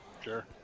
sure